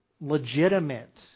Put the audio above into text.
legitimate